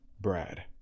Brad